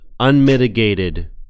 unmitigated